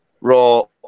Roll